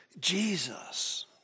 Jesus